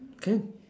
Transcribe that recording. can